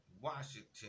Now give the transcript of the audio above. Washington